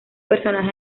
personaje